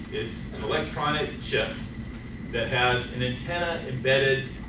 it's an electronic chip that has an antenna embedded,